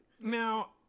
Now